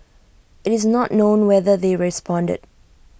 IT is not known whether they responded